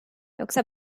yoksa